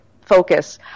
focus